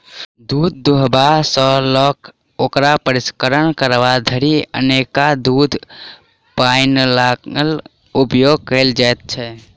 दूध दूहबा सॅ ल क ओकर प्रसंस्करण करबा धरि अनेको दूधक पाइपलाइनक उपयोग कयल जाइत छै